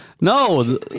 No